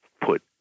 put